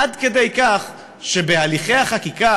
עד כדי כך שבהליכי החקיקה,